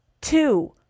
two